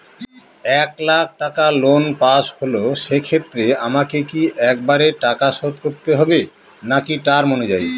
এক লাখ টাকা loan pass হল সেক্ষেত্রে আমাকে কি একবারে টাকা শোধ করতে হবে নাকি টার্ম অনুযায়ী?